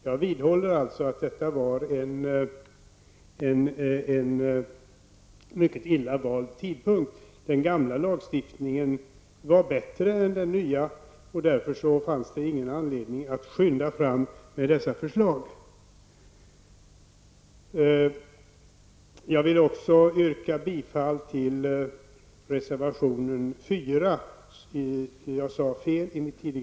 Jag vidhåller alltså att detta var en mycket illa vald tidpunkt. Den gamla lagstiftningen var bättre än den nya. Det fanns därför ingen anledning att skynda fram med dessa förslag.